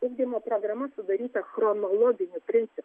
ugdymo programa sudaryta chronologiniu principu